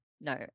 no